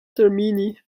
termini